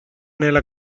nella